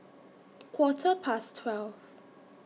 Quarter Past twelve